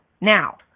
Now